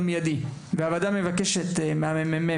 יב׳: וברשותכם, הוועדה מבקשת מה-מ.מ.מ,